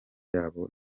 yaba